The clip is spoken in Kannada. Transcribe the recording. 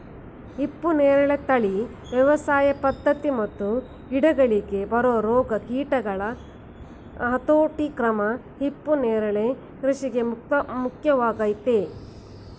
ಹಿಪ್ಪುನೇರಳೆ ತಳಿ ವ್ಯವಸಾಯ ಪದ್ಧತಿ ಮತ್ತು ಗಿಡಗಳಿಗೆ ಬರೊ ರೋಗ ಕೀಟಗಳ ಹತೋಟಿಕ್ರಮ ಹಿಪ್ಪುನರಳೆ ಕೃಷಿಗೆ ಮುಖ್ಯವಾಗಯ್ತೆ